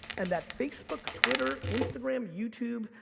and that facebook, twitter, instagram, youtube,